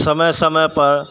समय समयपर